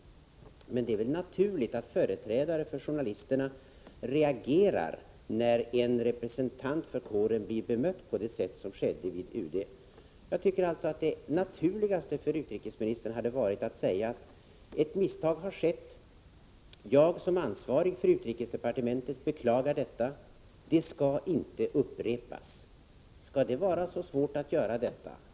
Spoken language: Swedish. Men det är väl naturligt att företrädare för journalisterna reagerar, när en representant för kåren blir bemött på det sätt som skedde vid UD. Jag tycker alltså att det naturligaste för utrikesministern hade varit att säga: Ett misstag har skett. Jag som ansvarig för utrikesdepartementet beklagar detta — misstaget skall inte upprepas. Skall det vara så svårt att göra detta?